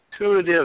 intuitive